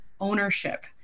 ownership